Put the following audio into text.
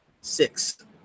Six